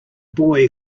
boy